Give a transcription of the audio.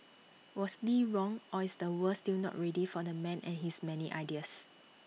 was lee wrong or is the world still not ready for the man and his many ideas